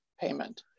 payment